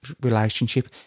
relationship